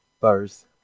first